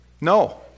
No